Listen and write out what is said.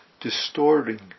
distorting